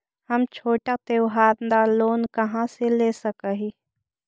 हम छोटा त्योहार ला लोन कहाँ से ले सक ही?